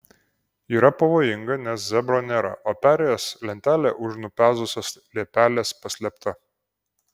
yra pavojinga nes zebro nėra o perėjos lentelė už nupezusios liepelės paslėpta